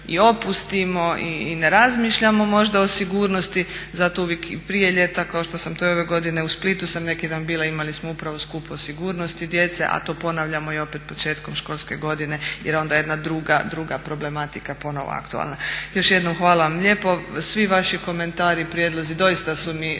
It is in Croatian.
i opustimo i ne razmišljamo možda o sigurnosti, zato uvijek prije ljeta kao što sam to i ove godine u Splitu sam neki dan bila, imali smo upravo skup o sigurnosti djece a to ponavljamo i opet početkom školske godine jer je onda jedna druga problematika ponovno aktualna. Još jednom hvala vam lijepo. Svi vaši komentari, prijedlozi doista su mi